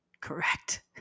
Correct